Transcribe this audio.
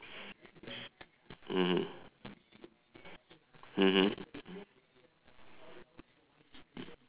mm mmhmm